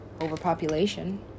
overpopulation